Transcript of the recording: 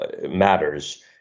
matters